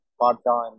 part-time